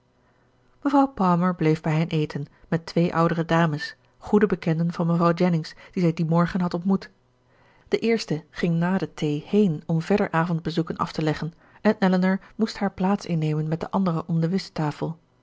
mevrouw palmer bleef bij hen eten met twee oudere dames goede bekenden van mevrouw jennings die zij dien morgen had ontmoet de eerste ging na de thee heen om verder avondbezoeken af te leggen en elinor moest haar plaats innemen met de anderen